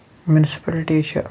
municipality چھِ